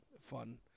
fun